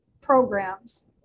programs